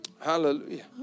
Hallelujah